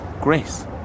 Grace